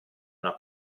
una